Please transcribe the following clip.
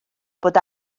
bod